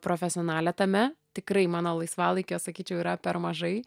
profesionalė tame tikrai mano laisvalaikio sakyčiau yra per mažai